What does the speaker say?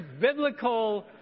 biblical